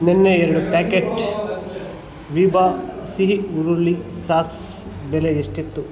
ನೆನ್ನೆ ಎರಡು ಪ್ಯಾಕೆಟ್ಸ್ ವಿಭಾ ಸಿಹಿ ಈರುಳ್ಳಿ ಸಾಸ್ ಬೆಲೆ ಎಷ್ಟಿತ್ತು